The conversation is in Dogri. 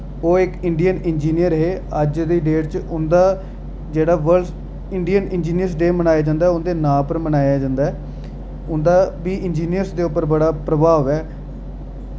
ओह् इक इंडियन इंजीनियर हे अज्ज दी डेट च उं'दा जेह्ड़ा वर्ल्ड च इंडियन इंजीनियरस डे मनाया जंदा ऐ उं'दे नां उप्पर मनाया जंदा ऐ उं'दा बी इंजीनियरें दे उप्पर बड़ा प्रभाव ऐ